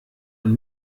und